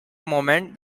movement